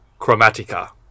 Chromatica